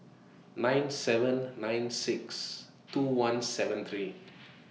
nine seven nine six two one seven three